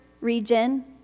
region